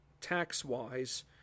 tax-wise